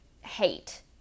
hate